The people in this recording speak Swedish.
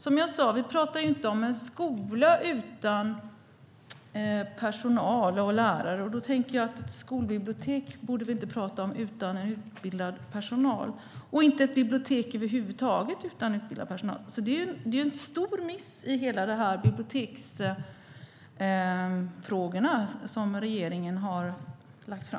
Som jag sade: Vi pratar inte om en skola utan personal och lärare, och då tänker jag att vi inte borde prata om skolbibliotek utan utbildad personal - och inte ett bibliotek över huvud taget utan utbildad personal. Det är en stor miss i det regeringen har lagt fram i biblioteksfrågorna.